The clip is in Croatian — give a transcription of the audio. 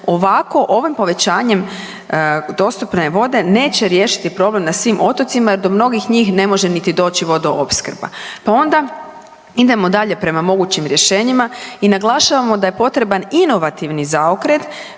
ovako ovim povećanjem dostupne vode neće riješiti problem na svim otocima jer do mnogih njih ne može niti doći vodoopskrba. Pa onda idemo dalje prema mogućim rješenjima i naglašavamo da je potreban inovativni zaokret